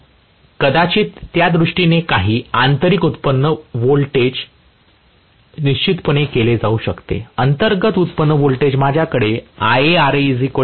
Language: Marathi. परंतु कदाचित त्यादृष्टीने काही आंतरिक व्युत्पन्न व्होल्टेज निश्चितपणे केले जाऊ शकते अंतर्गत व्युत्पन्न व्होल्टेज माझ्याकडे IaRaEg असेल